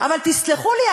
אבל תסלחו לי,